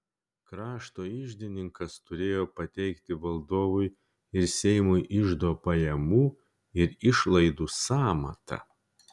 krašto iždininkas turėjo pateikti valdovui ir seimui iždo pajamų ir išlaidų sąmatą